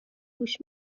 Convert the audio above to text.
گوش